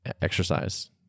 exercise